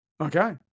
Okay